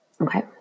Okay